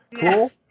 cool